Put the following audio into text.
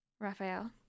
Raphael